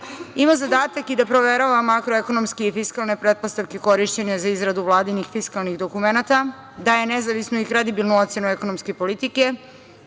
ima zadatak i da proverava makroekonomske fiskalne pretpostavke korišćene za izradu vladinih fiskalnih dokumenata, daje nezavisnu i kredibilnu ocenu ekonomske politike,